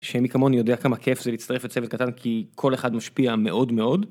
שמי כמוני יודע כמה כיף זה להצטרף לצוות קטן כי כל אחד משפיע מאוד מאוד.